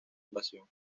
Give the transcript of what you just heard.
invasión